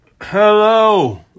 Hello